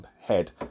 head